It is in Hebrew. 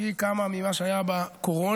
פי כמה ממה שהיה בקורונה,